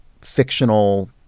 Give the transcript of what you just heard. fictional